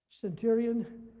centurion